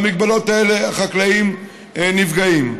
במגבלות האלה חקלאים נפגעים.